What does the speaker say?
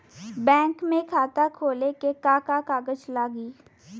Bank में खाता खोले मे का का कागज लागी?